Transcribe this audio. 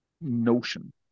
notion